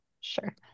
Sure